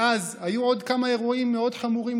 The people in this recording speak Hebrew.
מאז היו עוד כמה אירועים גם כן מאוד חמורים,